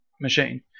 machine